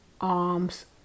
arms